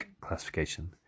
classification